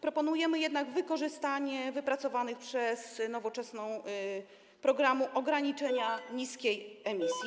Proponujemy jednak wykorzystać wypracowany przez Nowoczesną program ograniczenia niskiej emisji.